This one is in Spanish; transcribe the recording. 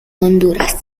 honduras